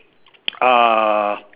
uh